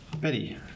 Betty